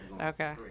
Okay